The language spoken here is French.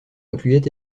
incluait